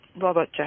Robert